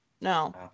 No